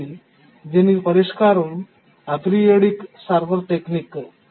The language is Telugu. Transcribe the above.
కాబట్టి దీనికి పరిష్కారం అపెరియోడిక్ సర్వర్ టెక్నిక్